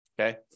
okay